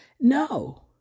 No